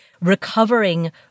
recovering